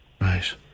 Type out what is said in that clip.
Right